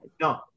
no